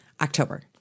October